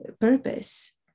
purpose